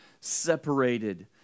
separated